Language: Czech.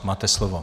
Máte slovo.